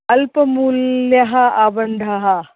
अल्पमूल्यः आबन्धः